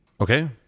Okay